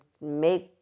make